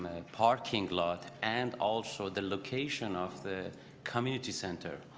parking lot and also the location of the community center,